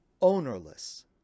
ownerless